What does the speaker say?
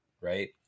right